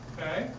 Okay